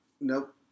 Nope